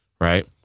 right